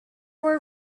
were